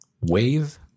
Wave